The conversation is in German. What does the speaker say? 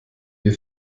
wir